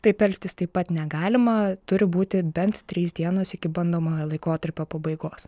taip elgtis taip pat negalima turi būti bent trys dienos iki bandomojo laikotarpio pabaigos